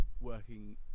working